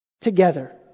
Together